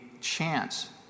chance